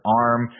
arm